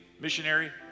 missionary